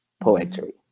poetry